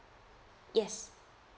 yes